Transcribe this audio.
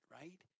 Right